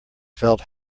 felt